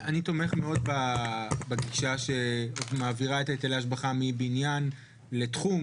אני תומך מאוד בגישה שמעבירה את היטלי ההשבחה מבניין לתחום,